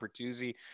Pertuzzi